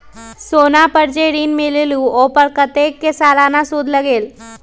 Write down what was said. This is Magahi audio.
सोना पर जे ऋन मिलेलु ओपर कतेक के सालाना सुद लगेल?